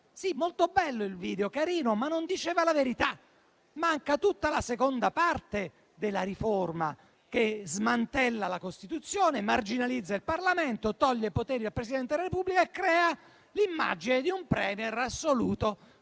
molto bello il video, ma non diceva la verità, poiché manca tutta la seconda parte della riforma, che smantella la Costituzione, marginalizza il Parlamento, toglie poteri al Presidente della Repubblica e crea l'immagine di un *Premier* assoluto,